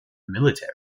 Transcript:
military